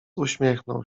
uśmiechnął